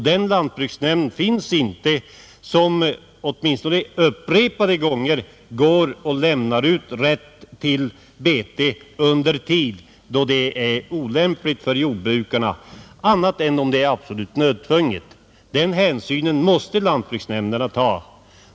Den lantbruksnämnd finns inte som — i varje fall upprepade gånger — medger rätt till bete under tid då detta är olämpligt för jordbrukarna, annat än om det är absolut nödtvunget. Den hänsynen måste lantbruksnämnderna ta.